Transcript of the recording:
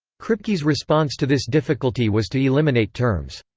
kripke's response to this difficulty was to eliminate terms.